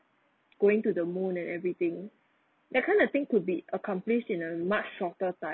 going to the moon and everything that kind of thing to be accomplished in a much shorter time